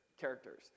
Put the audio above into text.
characters